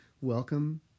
Welcome